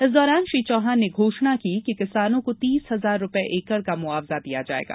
इस दौरान श्री चौहान ने घोषणा की कि किसानों को तीस हजार रूपये एकड़ का मुआवजा दिया जाएगा